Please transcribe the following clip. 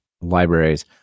libraries